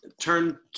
turn